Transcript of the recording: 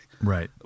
Right